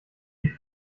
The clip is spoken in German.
die